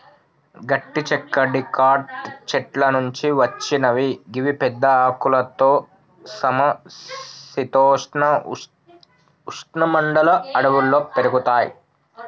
గట్టి చెక్క డికాట్ చెట్ల నుంచి వచ్చినవి గివి పెద్ద ఆకులతో సమ శీతోష్ణ ఉష్ణ మండల అడవుల్లో పెరుగుతయి